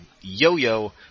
Yo-Yo